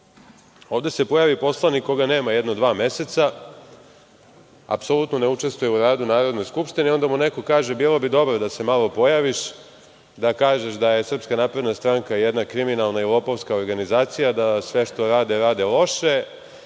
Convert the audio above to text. Ovde se pojavi poslanik koga nema jedno dva meseca, apsolutno ne učestvuje u radu Narodne skupštine i onda mu neko kaže bilo bi dobro da se malo pojaviš, da kažeš da je SNS jedna kriminalna i lopovska organizacija, da sve što rade, rade loše,